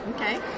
Okay